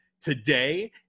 Today